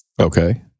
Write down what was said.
Okay